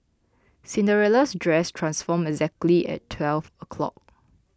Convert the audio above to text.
Cinderella's dress transformed exactly at twelve o'clock